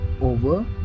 over